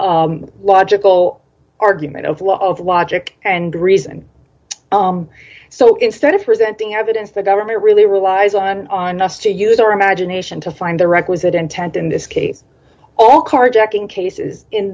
logical argument of law of logic and reason so instead of presenting evidence the government really relies on on us to use our imagination to find the requisite intent in this case all carjacking cases in